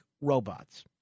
robots